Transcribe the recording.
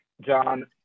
John